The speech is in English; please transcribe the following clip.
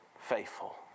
faithful